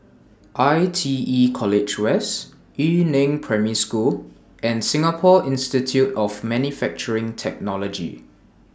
I T E College West Yu Neng Primary School and Singapore Institute of Manufacturing Technology